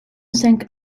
cinq